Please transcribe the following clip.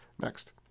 Next